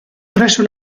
presso